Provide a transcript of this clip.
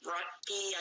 Rocky